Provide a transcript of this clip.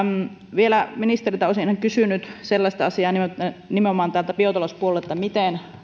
vielä ministeriltä olisin kysynyt asiaa nimenomaan biotalouspuolelta miten